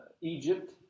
Egypt